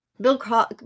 Bill